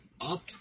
up